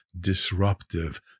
disruptive